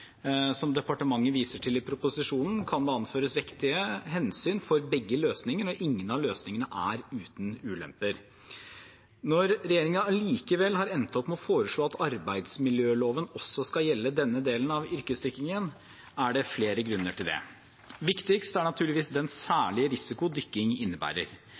Som departementet viser til i proposisjonen, kan det anføres vektige hensyn for begge løsninger, men ingen av løsningene er uten ulemper. Når regjeringen likevel har endt opp med å foreslå at arbeidsmiljøloven også skal gjelde denne delen av yrkesdykkingen, er det flere grunner til det. Viktigst er naturligvis den særlige risiko dykking innebærer.